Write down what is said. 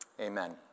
Amen